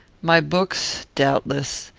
my books, doubtless,